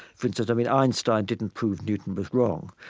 for instance, i mean, einstein didn't prove newton was wrong.